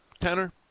Tanner